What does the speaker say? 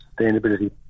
sustainability